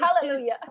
Hallelujah